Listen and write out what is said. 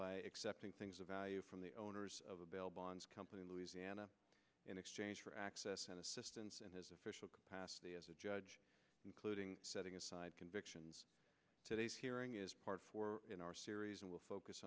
by accepting things of value from the owners of the bail bonds company in louisiana in exchange for access and assistance in his official capacity as a judge including setting aside convictions today's hearing is part four in our series and will focus